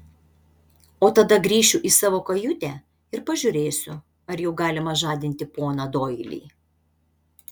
o tada grįšiu į savo kajutę ir pažiūrėsiu ar jau galima žadinti poną doilį